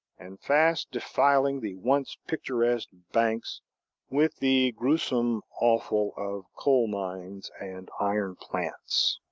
and fast defiling the once picturesque banks with the gruesome offal of coal mines and iron plants.